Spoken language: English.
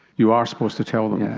you are supposed to tell them.